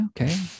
okay